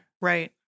Right